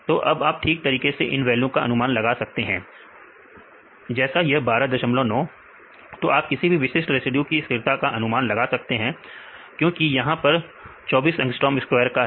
तो अब आप ठीक तरीके से इन वैल्यू का अनुमान लगा सकते हैं जैसे यह 129 तो आप किसी भी विशिष्ट रेसिड्यू की स्थिरता का अनुमान लगा सकते हैं क्यों क्योंकि यहां पर 2400 अंगस्ट्रोम स्क्वायर का है